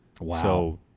Wow